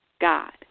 God